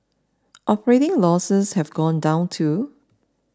operating losses have gone down too